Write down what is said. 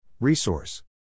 Resource